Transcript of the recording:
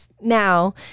Now